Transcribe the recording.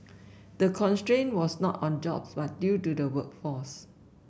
the constraint was not on jobs but due to the workforce